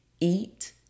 eat